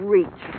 Reach